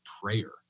prayer